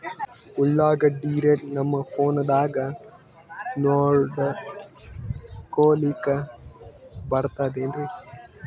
ಉಳ್ಳಾಗಡ್ಡಿ ರೇಟ್ ನಮ್ ಫೋನದಾಗ ನೋಡಕೊಲಿಕ ಬರತದೆನ್ರಿ?